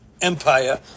Empire